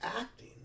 acting